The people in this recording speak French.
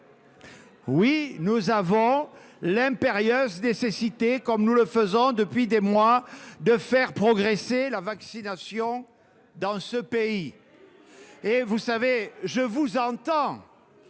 Oui, nous avons l'impérieuse nécessité- nous le faisons depuis des mois -de faire progresser la vaccination dans ce pays. Vous braquez les non-vaccinés